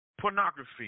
pornography